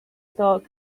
thought